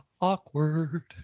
Awkward